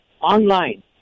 Online